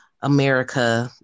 America